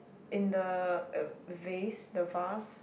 in the uh vase the vase